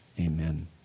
amen